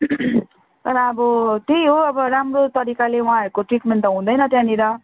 तर अब त्यही हो अब राम्रो तरिकाले उहाँहरूको ट्रिटमेन्ट त हुँदैन त्यहाँनिर